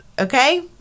okay